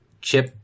Chip